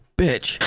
bitch